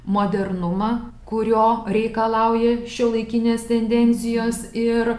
modernumą kurio reikalauja šiuolaikinės tendencijos ir